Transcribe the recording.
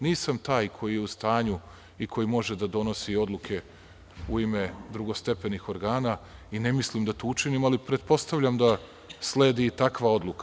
Nisam taj koji je u stanju i koji može da donosi odluke u ime drugostepenih organa, i ne mislim da to učinim, ali pretpostavljam da sledi i takva odluka.